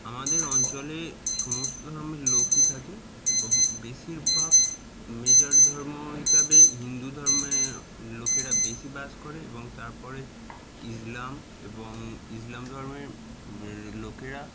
আমাদের অঞ্চলে সমস্ত ধর্মের লোকই থাকে এবং বেশিরভাগ মেজর ধর্ম হিসাবে হিন্দু ধর্মের লোকেরা বেশি বাস করে এবং তারপরে ইসলাম এবং ইসলাম ধর্মের লোকেরা